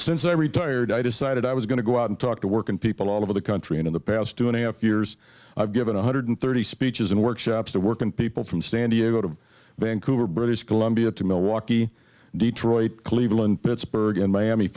since i retired i decided i was going to go out and talk to working people all over the country and in the past two and a half years i've given one hundred thirty speeches and workshops to work on people from san diego to vancouver british columbia to milwaukee detroit cleveland pittsburgh and miami